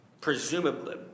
presumably